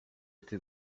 into